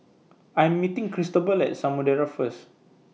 I Am meeting Cristobal At Samudera First